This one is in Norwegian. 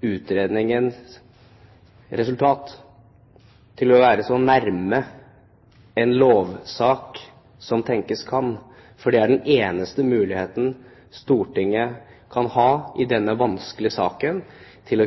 utredningens resultat til å være så nær en lovsak som tenkes kan, for det er den eneste muligheten Stortinget kan ha i denne vanskelige saken, til